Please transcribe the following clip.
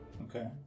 Okay